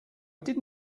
did